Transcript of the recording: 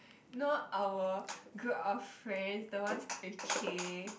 no our group of friends the one start with K